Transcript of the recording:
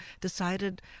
decided